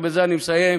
ובזה אני מסיים,